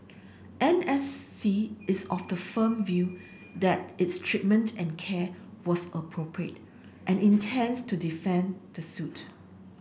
N S C is of the firm view that its treatment and care was appropriate and intends to defend the suit